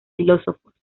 filósofos